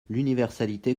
l’universalité